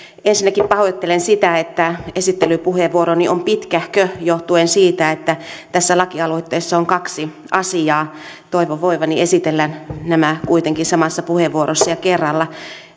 ensinnäkin pahoittelen sitä että esittelypuheenvuoroni on pitkähkö johtuen siitä että tässä laki aloitteessa on kaksi asiaa toivon voivani esitellä nämä kuitenkin samassa puheenvuorossa ja kerralla